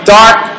dark